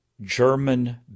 German